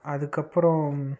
அதுக்கப்புறோம்